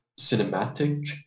cinematic